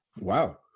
Wow